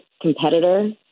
competitor